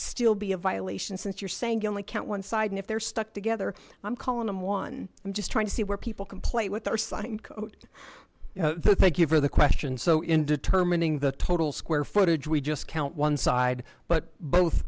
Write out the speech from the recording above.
still be a violation since you're saying you only count one side and if they're stuck together i'm calling i'm one i'm just trying to see where people can play with our son in cote you know the thank you for the question so in determining the total square footage we just count one side but both